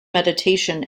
meditation